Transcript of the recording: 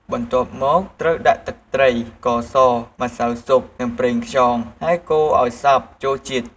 បន្ទាប់មកត្រូវដាក់ទឹកត្រី ស្ករស ម្សៅស៊ុប និងប្រេងខ្យង ហើយកូរឱ្យសព្វចូលជាតិ។